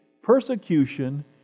persecution